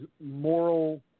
moral